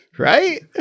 Right